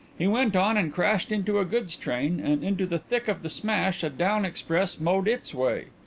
he went on and crashed into a goods train and into the thick of the smash a down express mowed its way.